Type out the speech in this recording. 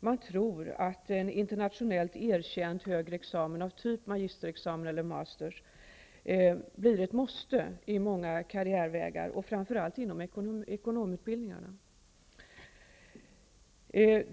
man tror att en internationellt erkänd högre examen av typ magister eller mastersexamen blir ett måste i många karriärvägar, framför allt inom ekonomutbildningar.